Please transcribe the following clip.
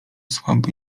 słabe